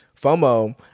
FOMO